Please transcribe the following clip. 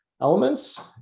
elements